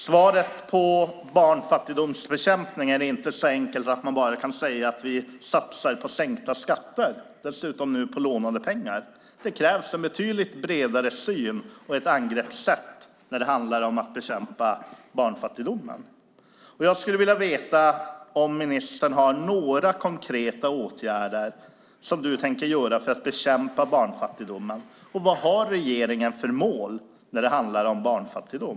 Svaret på frågan om barnfattigdomsbekämpningen är inte så enkelt att man bara kan säga att vi satsar på sänkta skatter, dessutom nu på lånade pengar. Det krävs en betydligt bredare syn och ett bredare angreppssätt när det handlar om att bekämpa barnfattigdomen. Jag skulle vilja veta om ministern har några konkreta åtgärder som han tänkte vidta för att bekämpa barnfattigdomen. Vad har regeringen för mål när det handlar om barnfattigdom?